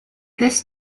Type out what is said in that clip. this